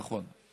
נכון.